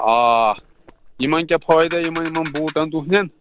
آ یِمَن کیٛاہ فٲیِدٕ یِمَن یِمَن بوٗٹَن تُہٕنٛدیٚن